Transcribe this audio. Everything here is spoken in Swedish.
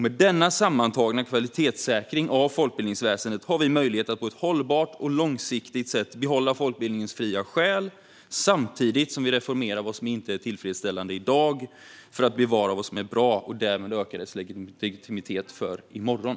Med denna sammantagna kvalitetssäkring av folkbildningsväsendet har vi möjlighet att på ett hållbart och långsiktigt sätt behålla folkbildningens fria själ, samtidigt som vi reformerar vad som inte är tillfredsställande i dag för att bevara vad som är bra och därmed öka folkbildningsväsendets legitimitet för imorgon.